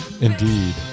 indeed